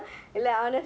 okay